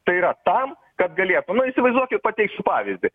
tai yra tam kad galės na įsivaizduokit pateiksiu pavyzdį